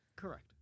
Correct